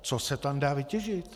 Co se tam dá vytěžit?